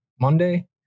monday